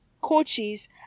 Coaches